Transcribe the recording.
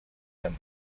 them